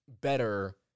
better